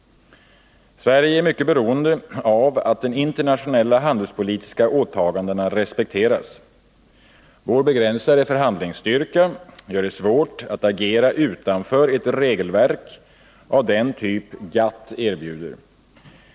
Sverige är mycket beroende av att de internationella handelspolitiska åtagandena respekteras. Vår begränsade förhandlingsstyrka gör det svårt att agera utanför ett regelverk av den typ GATT erbjuder.